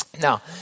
Now